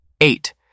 Eight